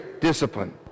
discipline